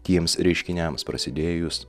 tiems reiškiniams prasidėjus